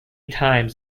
times